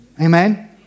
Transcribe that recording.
Amen